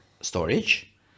storage